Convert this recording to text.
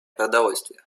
продовольствия